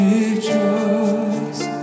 Rejoice